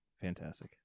Fantastic